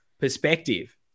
perspective